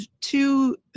two